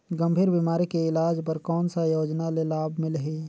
गंभीर बीमारी के इलाज बर कौन सा योजना ले लाभ मिलही?